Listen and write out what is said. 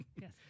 Yes